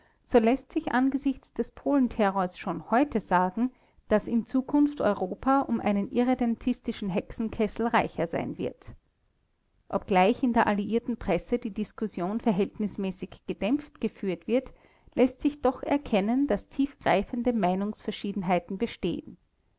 so läßt sich angesichts des polenterrors schon heute sagen daß in zukunft europa um einen irredentistischen hexenkessel reicher sein wird obgleich in der alliierten presse die diskussion verhältnismäßig gedämpft geführt wird läßt sich doch erkennen daß tiefgehende meinungsverschiedenheiten bestehen